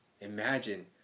Imagine